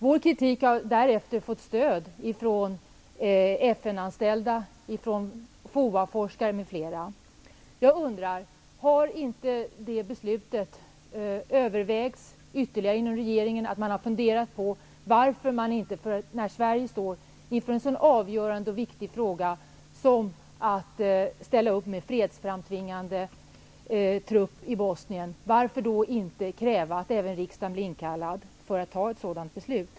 Vår kritik har därefter fått stöd av FN-anställda, FOA forskare, m.fl. Jag undrar: När Sverige står inför en sådan avgörande och viktig fråga som att ställa upp med fredsframtvingande trupp i Bosnien, varför inte kräva att även riksdagen blir inkallad för att fatta ett sådant beslut?